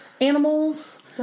animals